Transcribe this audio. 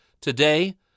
Today